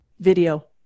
video